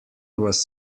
was